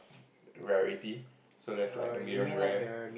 rarity so there's like the medium rare